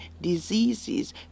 diseases